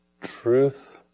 Truth